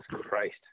Christ